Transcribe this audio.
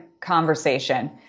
conversation